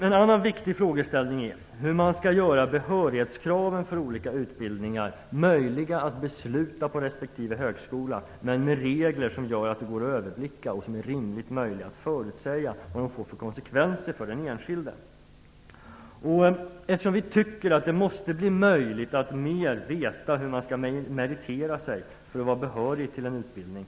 En annan viktig fråga handlar om hur man skall göra det möjligt att besluta om behörighetskraven för olika utbildningar på respektive högskola - med regler som gör att det går att överblicka det hela och som gör att det är rimligt möjligt att förutsäga vilka konsekvenserna blir för den enskilde. Vi tycker att det måste bli möjligt att mera veta hur man skall meritera sig för att vara behörig till en utbildning.